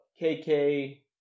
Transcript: KK